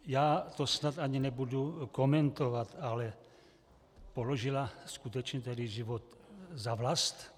Já to snad ani nebudu komentovat, ale položila tedy skutečně život za vlast?